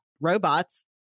robots